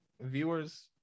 viewers